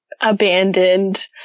abandoned